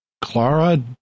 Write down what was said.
clara